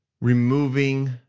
removing